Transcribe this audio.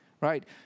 right